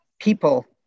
people